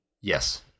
Yes